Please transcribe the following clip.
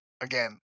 again